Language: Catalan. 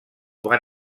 van